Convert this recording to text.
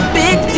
big